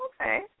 okay